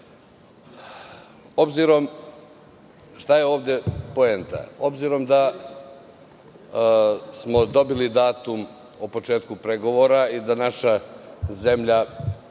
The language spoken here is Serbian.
tokove. Šta je ovde poenta? Obzirom da smo dobili datum o početku pregovora i da naša zemlja